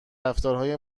رفتارهای